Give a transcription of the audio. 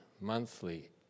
monthly